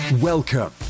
Welcome